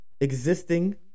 existing